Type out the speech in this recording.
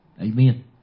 Amen